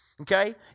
Okay